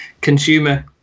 consumer